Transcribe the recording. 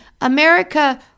America